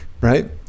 right